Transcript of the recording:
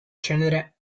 cenere